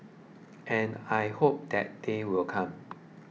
and I hope that day will come